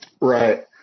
Right